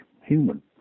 human